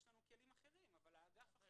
יש לנו כלים אחרים אבל האגף אחראי.